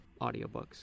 audiobooks